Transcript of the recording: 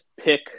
pick